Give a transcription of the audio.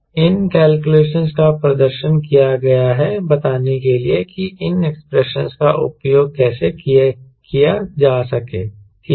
इन calculations का प्रदर्शन किया गया है बताने के लिए कि इन एक्सप्रेशनस का उपयोग कैसे किया जाए ठीक है